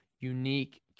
unique